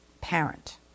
parent